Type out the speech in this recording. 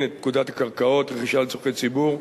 את פקודת הקרקעות (רכישה לצורכי ציבור)